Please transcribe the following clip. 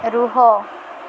ରୁହ